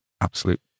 absolute